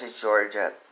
Georgia